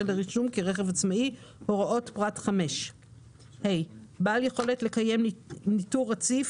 לרישום כרכב עצמאי הוראות פרט 5. בעל יכולת לקיים ניטור רציף,